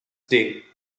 day